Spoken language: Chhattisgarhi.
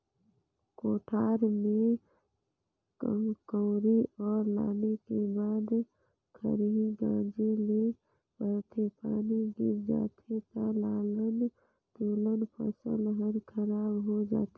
कोठार में कंवरी ल लाने के बाद खरही गांजे ले परथे, पानी गिर जाथे त लानल लुनल फसल हर खराब हो जाथे